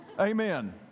Amen